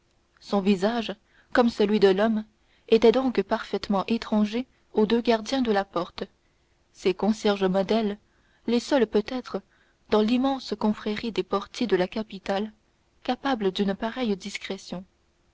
son visage comme celui de l'inconnu était donc parfaitement étranger aux deux gardiens de la porte ces concierges modèles les seuls peut-être dans l'immense confrérie des portiers de la capitale capables d'une pareille discrétion